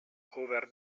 cover